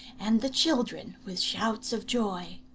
and the children with shouts of joy.